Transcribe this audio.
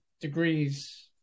degrees